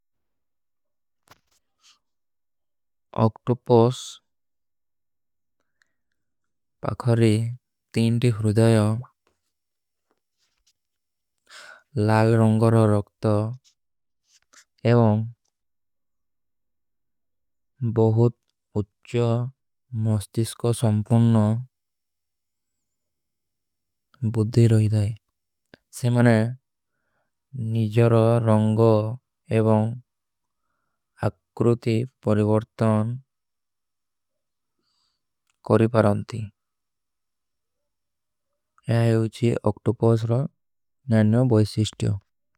ଅକ୍ଟୁପୋସ ପଖରୀ ତୀନ ଟୀ ଫୁରୁଦଯ ଲାଗ ରଂଗର। ରଖତ ଏବଂ ବହୁତ ଉଚ୍ଛ ମସ୍ତିଷ କୋ ସଂପୁନ ବୁଦ୍ଧୀ। ରହୀ ଦାଈ ସେ ମନେ ନିଜର ରଂଗ ଏବଂ ଅକ୍ରୁତି ପରିଵର୍ତନ। କରୀ ପରାଂତୀ ଯହାଈ ଉଚ୍ଛୀ ଅକ୍ଟୁପୋସ ରା ନନ୍ଯୋ ବଈସିଶ୍ଟିଯୋ।